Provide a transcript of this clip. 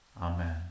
Amen